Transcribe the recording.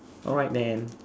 alright then